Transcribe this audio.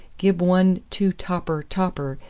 gib one two topper topper,